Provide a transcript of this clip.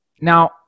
Now